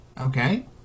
Okay